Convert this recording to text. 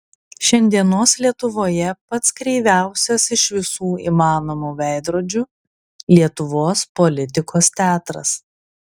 šiandienos lietuvoje pats kreiviausias iš visų įmanomų veidrodžių lietuvos politikos teatras